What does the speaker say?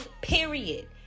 Period